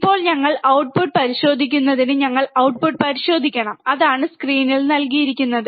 ഇപ്പോൾ ഞങ്ങൾക്ക് ഔട്ട്പുട്ട് പരിശോധിക്കുന്നതിന് ഞങ്ങൾ ഔട്ട്പുട്ട് പരിശോധിക്കണം അതാണ് സ്ക്രീനിൽ നൽകിയിരിക്കുന്നത്